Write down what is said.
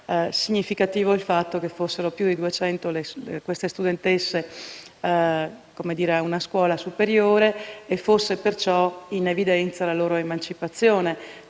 significativo il fatto che fossero più di duecento queste studentesse di una scuola superiore e che fosse perciò in evidenza la loro emancipazione,